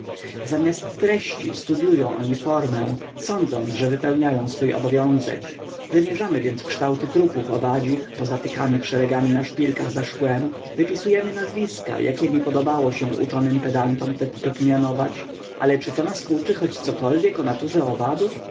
zamiast treści studyują oni formę sądząc że wypełniają swój obowiązek wymierzamy więc kształty trupów owadzich pozatykanych szeregami na szpilkach za szkłem wypisujemy nazwiska jakiemi podobało się uczonym pedantom te typy pomianować ale czy to nas uczy choć cokolwiek o naturze owadów